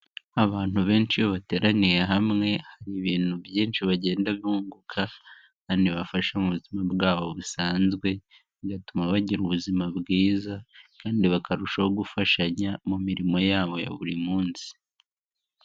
Abantu benshi iyo bateraniye hamwe hari ibintu byinshi bagenda bunguka kandibafasha mu buzima bwabo busanzwe bigatuma bagira ubuzima bwiza kandi bakarushaho gufashanya mu mirimo yabo ya buri munsi.